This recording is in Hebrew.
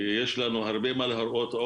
יש לנו הרבה עוד מה להראות.